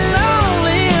lonely